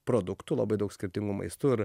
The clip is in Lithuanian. produktų labai daug skirtingų maistų ir